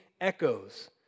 echoes